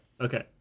Okay